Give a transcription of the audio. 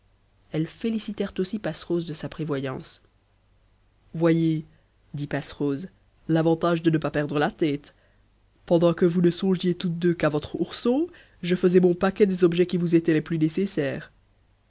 elles félicitèrent aussi passerose de sa prévoyance voyez dit passerose l'avantage de ne pas perdre la tête pendant que vous ne songiez toutes deux qu'à votre ourson je faisais mon paquet des objets qui vous étaient les plus nécessaires